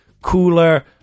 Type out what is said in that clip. cooler